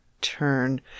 turn